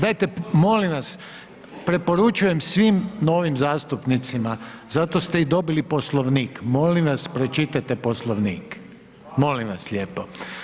Dajte molim vas, preporučujem svim novim zastupnicima, zato ste i dobili Poslovnik, molim vas, pročitajte Poslovnik, molim vas lijepo.